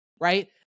right